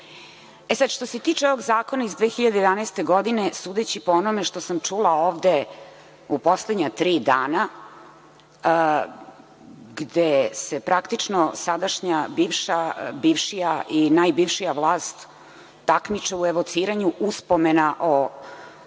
što se tiče ovog zakona iz 2011. godine, sudeći po onome što sam čula ovde u poslednja tri dana, gde se praktično sadašnja, bivša, bivšija i najbivšija vlast takmiče u evociranju uspomena o